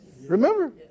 Remember